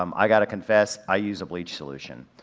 um i gotta confess, i use a bleach solution.